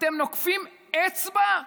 אתם נוקפים אצבע?